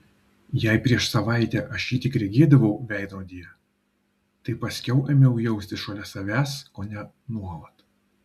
jei prieš savaitę aš jį tik regėdavau veidrodyje tai paskiau ėmiau jausti šalia savęs kone nuolat